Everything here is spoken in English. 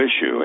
issue